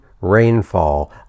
rainfall